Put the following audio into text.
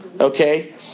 okay